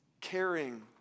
caring